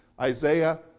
Isaiah